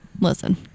Listen